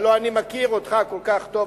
הלוא אני מכיר אותך כל כך טוב,